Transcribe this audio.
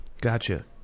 gotcha